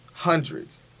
Hundreds